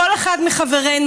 כל אחד מחברינו,